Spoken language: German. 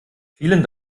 vielen